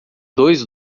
dois